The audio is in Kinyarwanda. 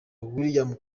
william